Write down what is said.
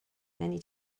many